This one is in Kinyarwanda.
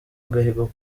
agahigo